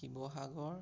Sivasagar